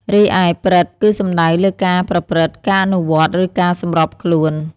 រីឯ "ព្រឹត្តិ" គឺសំដៅលើការប្រព្រឹត្ត ការអនុវត្ត ឬការសម្របខ្លួន។